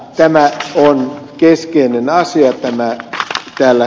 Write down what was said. tämä täällä ed